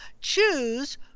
choose